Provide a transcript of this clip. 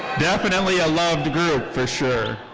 definitely a loved group for sure.